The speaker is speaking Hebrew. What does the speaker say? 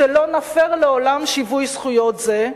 "שלא נפר לעולם שיווי זכויות זה,